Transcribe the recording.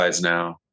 now